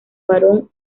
barón